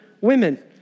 women